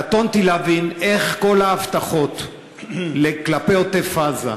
קטונתי מלהבין איך כל ההבטחות כלפי עוטף-עזה,